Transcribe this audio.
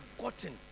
gotten